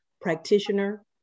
practitioner